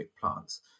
plants